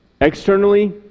externally